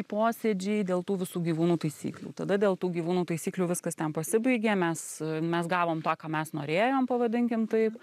posėdžiai dėl tų visų gyvūnų taisyklių tada dėl tų gyvūnų taisyklių viskas ten pasibaigė mes mes gavom tą ką mes norėjom pavadinkim taip